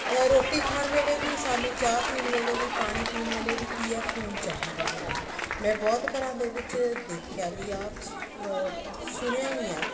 ਰੋਟੀ ਖਾਣ ਵੇਲੇ ਵੀ ਸਾਨੂੰ ਚਾਹ ਪੀਣ ਵੇਲੇ ਵੀ ਪਾਣੀ ਪੀਣ ਵੇਲੇ ਵੀ ਕੀ ਆ ਫੂਨ ਚਾਹੀਦਾ ਹੁੰਦਾ ਮੈਂ ਬਹੁਤ ਘਰਾਂ ਦੇ ਵਿੱਚ ਦੇਖਿਆ ਵੀ ਆਪ ਸ ਸੁਣਿਆ ਵੀ ਆ